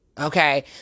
Okay